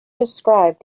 described